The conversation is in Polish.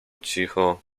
cicho